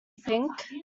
think